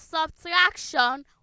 subtraction